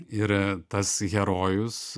ir tas herojus